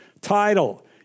title